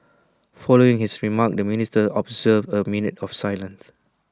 following his remarks the ministers observed A minute of silence